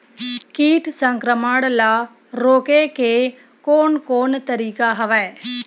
कीट संक्रमण ल रोके के कोन कोन तरीका हवय?